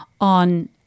on